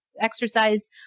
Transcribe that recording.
exercise